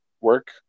work